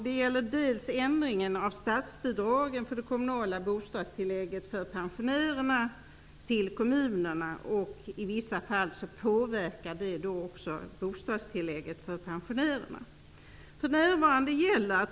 Det gäller dels en ändring av statsbidragsreglerna för det kommunala bostadstillägget för pensionärerna, dels också i vissa fall följdändringar i bostadstillägget för pensionärerna.